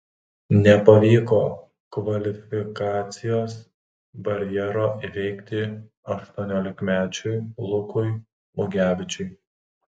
nepavyko kvalifikacijos barjero įveikti aštuoniolikmečiui lukui mugevičiui